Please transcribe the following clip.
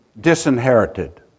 disinherited